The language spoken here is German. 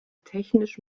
technisch